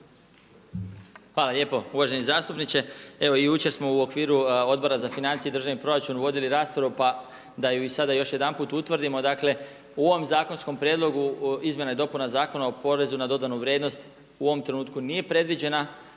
Hvala lijepo. Uvaženi zastupniče. Evo jučer smo u okviru Odbora za financije i državni proračun vodili raspravu pa da ju sada još jedanput utvrdimo. Dakle u ovom zakonskom prijedlogu izmjena i dopuna Zakona o porezu na dodanu vrijednost u ovom trenutku nije predviđena